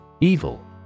Evil